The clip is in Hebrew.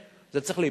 זה צריך להיפסק.